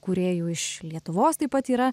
kūrėjų iš lietuvos taip pat yra